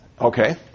Okay